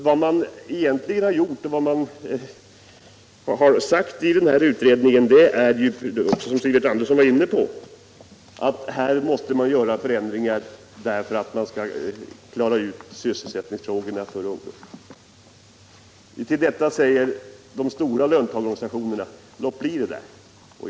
Vad som egentligen har sagts i utredningen är ju, som Sivert Andersson var inne på, att man måste göra förändringar för att klara sysselsättningsfrågorna. Till detta säger de stora löntagarorganisationerna: Låt bli det där!